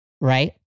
right